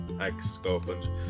ex-girlfriend